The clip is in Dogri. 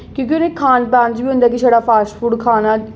क्योंकि उ'नेंगी खान पान च बी होंदा कि छड़ा फास्ट फूड खाना